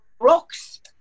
rocks